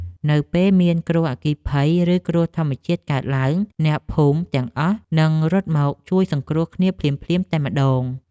នៅពេលមានគ្រោះអគ្គិភ័យ ឬគ្រោះធម្មជាតិកើតឡើង អ្នកភូមិទាំងអស់នឹងរត់មកជួយសង្គ្រោះគ្នាភ្លាមៗតែម្ដង។